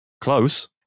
Close